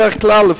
בדרך כלל,